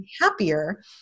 happier